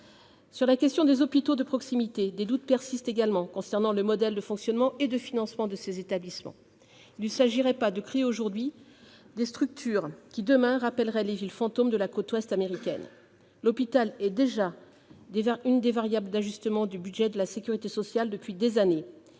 Sur la question des hôpitaux de proximité, des doutes persistent concernant le modèle de fonctionnement et de financement de ces établissements. Il ne s'agirait pas de créer aujourd'hui des structures qui, demain, rappelleraient les villes fantômes de la côte Ouest américaine. L'hôpital est déjà une des variables d'ajustement du budget de la sécurité sociale depuis des années.